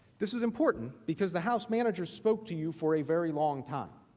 this is important because the house manager spoke to you for a very long time.